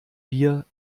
wir